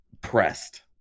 Pressed